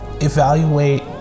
evaluate